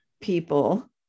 people